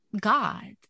God